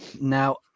Now